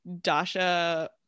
dasha